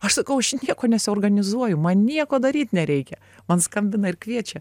aš sakau aš nieko nesiorganizuoju man nieko daryt nereikia man skambina ir kviečia